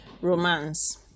romance